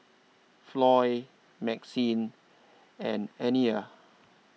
Floy Maxine and Aniya